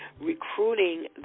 recruiting